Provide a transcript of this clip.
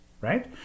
right